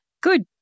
Good